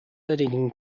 editing